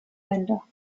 länder